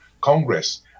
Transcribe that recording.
congress